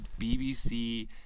BBC